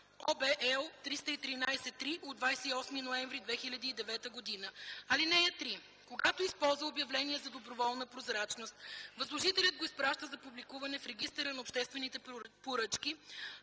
L 313/3 от 28 ноември 2009 г.). (3) Когато използва обявление за доброволна прозрачност, възложителят го изпраща за публикуване в Регистъра на обществените поръчки,